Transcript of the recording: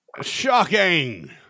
Shocking